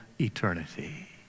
eternity